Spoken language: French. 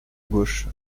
gauche